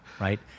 right